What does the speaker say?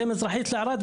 מזרחית לערד.